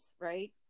right